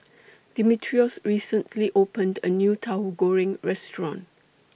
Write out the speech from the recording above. Dimitrios recently opened A New Tauhu Goreng Restaurant